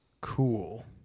Cool